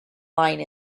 lying